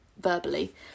verbally